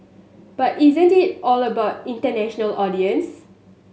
but isn't it all about international audience